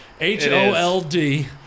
H-O-L-D